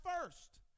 first